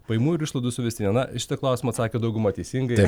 pajamų ir išlaidų suvestinė na šitą klausimą atsakė dauguma teisingai